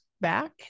back